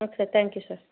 okay thank you sir